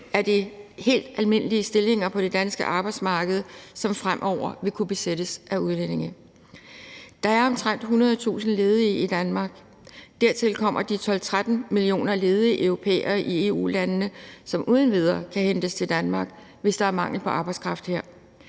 er det helt almindelige stillinger på det danske arbejdsmarked, som fremover vil kunne besættes af udlændinge. Der er omtrent 100.000 ledige i Danmark. Dertil kommer de 12-13 millioner ledige europæere i EU-landene, som uden videre kan hentes til Danmark, hvis der er mangel på arbejdskraft her.